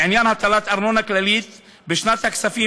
לעניין הטלת ארנונה כללית בשנת הכספים